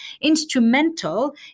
instrumental